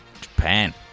Japan